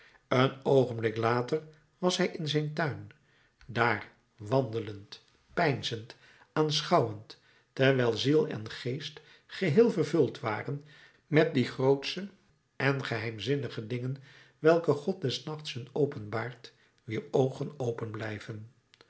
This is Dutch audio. een oogenblik later was hij in zijn tuin daar wandelend peinzend aanschouwend terwijl ziel en geest geheel vervuld waren met die grootsche en geheimzinnige dingen welke god des nachts hun openbaart wier oogen open blijven